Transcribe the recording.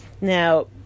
Now